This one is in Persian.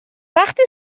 وقتی